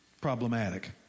problematic